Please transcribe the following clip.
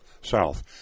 south